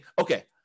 okay